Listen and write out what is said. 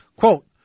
Quote